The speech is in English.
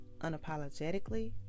unapologetically